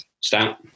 stout